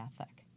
ethic